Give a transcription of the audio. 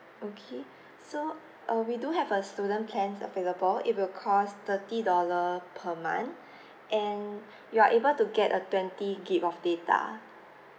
okay so err we do have a student plan available it will cost thirty dollar per month and you're able to get a twenty gig of data